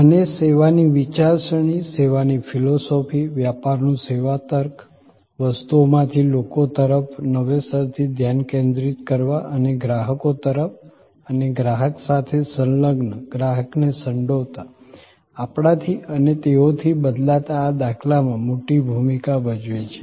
અને સેવાની વિચારસરણી સેવાની ફિલસૂફી વ્યાપારનું સેવા તર્ક વસ્તુઓમાંથી લોકો તરફ નવેસરથી ધ્યાન કેન્દ્રિત કરવા અને ગ્રાહક તરફ અને ગ્રાહક સાથે સંલગ્ન ગ્રાહકને સંડોવતા આપણાથી અને તેઓથી બદલાતા આ દાખલામાં મોટી ભૂમિકા ભજવે છે